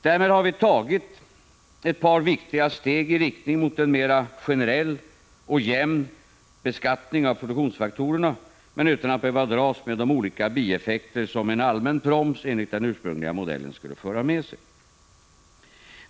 Därmed har vi tagit ett par viktiga steg i riktning mot en mer generell och jämn beskattning av produktionsfaktorerna, men utan att behöva dras med de olika bieffekter som en allmän proms enligt den ursprungliga modellen skulle föra med sig.